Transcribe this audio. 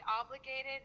obligated